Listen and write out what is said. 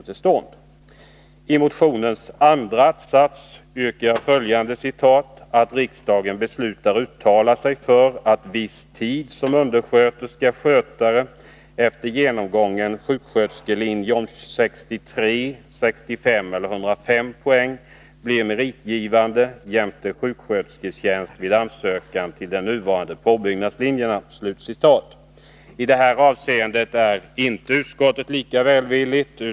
I motionens andra att-sats yrkar jag ”att riksdagen beslutar uttala sig för att viss tid som undersköterska/skötare efter genomgången sjuksköterskelinje om 63, 65 eller 105 poäng blir meritgivande jämte sjukskötersketjänst vid ansökan till de nuvarande påbyggnadslinjerna”. I detta avseende är utskottet inte lika välvilligt.